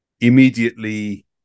immediately